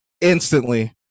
instantly